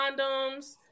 condoms